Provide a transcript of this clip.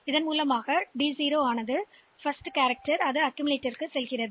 எனவே அந்த வழியில் இந்த டி 0 எங்களிடம் முதல் சாசனம் உள்ளது அது அக்கீம்லெட்டரில் உள்ளது